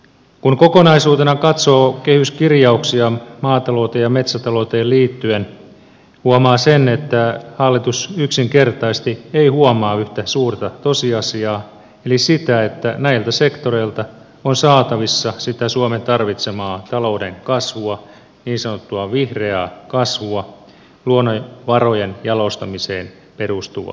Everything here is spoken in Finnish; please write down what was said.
kun kokonaisuutena katsoo kehyskirjauksia maatalouteen ja metsätalouteen liittyen huomaa sen että hallitus yksinkertaisesti ei huomaa yhtä suurta tosiasiaa eli sitä että näiltä sektoreilta on saatavissa sitä suomen tarvitsemaa talouden kasvua niin sanottua vihreää kasvua luonnonvarojen jalostamiseen perustuvaa kasvua